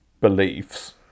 beliefs